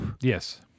Yes